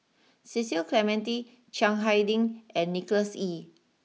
Cecil Clementi Chiang Hai Ding and Nicholas Ee